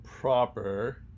proper